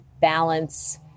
balance